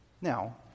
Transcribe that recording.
Now